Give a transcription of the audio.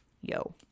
Yo